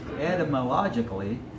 etymologically